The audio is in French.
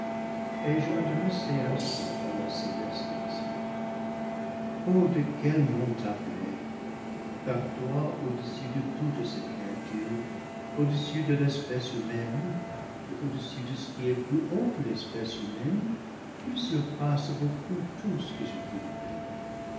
et je m'adressai ainsi à la céleste vision oh de quel nom t'appeler car toi au-dessus de toutes ces créatures au-dessus de l'espèce humaine ou au-dessus de ce qui est plus haut que l'espèce humaine tu surpasses beaucoup tout ce que je puis nommer